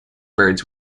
birds